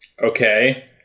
okay